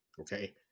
Okay